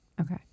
Okay